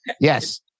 yes